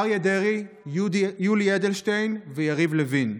אריה דרעי, יולי אדלשטיין ויריב לוין,